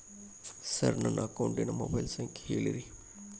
sir ನನ್ನ ಅಕೌಂಟಿನ mobile ಸಂಖ್ಯೆ ಹೇಳಿರಿ